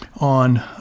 on